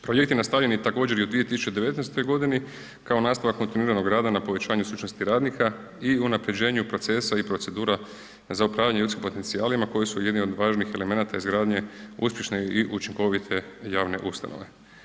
Projekt je nastavljan također i u 2019. godini kao nastavak kontinuiranog rada na povećanju stručnosti radnika i unapređenju procesa i procedura za upravljanje ljudskim potencijalima koji su jedni od važnih elemenata izgradnje uspješne i učinkovite javne ustanove.